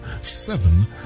seven